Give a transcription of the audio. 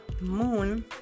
moon